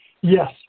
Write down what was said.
Yes